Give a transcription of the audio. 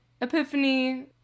Epiphany